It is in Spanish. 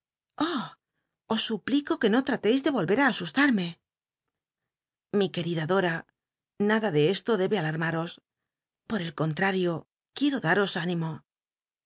os suplico que no trateis de roh'er á asustarme mi querida dora nada de esto debe alarmaros por el contrario quiero daros